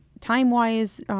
time-wise